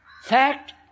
fact